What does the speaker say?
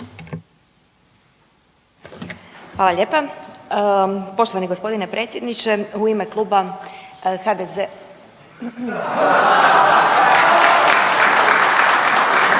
Hvala lijepa. Poštovani g. predsjedniče. U ime kluba HDZ